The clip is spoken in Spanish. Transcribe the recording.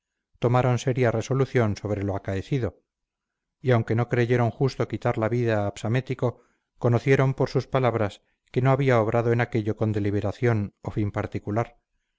tomaron seria resolución sobre lo acaecido y aunque no creyeron justo quitar la vida a psamético conociendo por sus palabras que no había obrado en aquello con deliberación o fin particular